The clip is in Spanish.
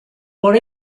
por